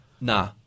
Nah